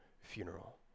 funeral